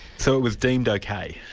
so it was deemed ok?